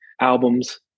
albums